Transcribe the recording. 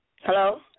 Hello